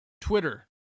Twitter